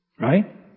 Right